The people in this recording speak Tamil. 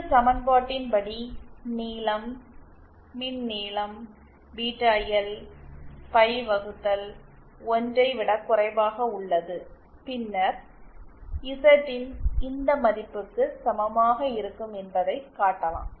இந்த சமன்பாட்டின்படி நீளம் மின் நீளம் பீட்டா எல் பை வகுத்தல் 1 ஐ விட குறைவாக உள்ளது பின்னர் இசட்இன் இந்த மதிப்புக்கு சமமாக இருக்கும் என்பதைக் காட்டலாம்